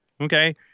okay